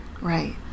right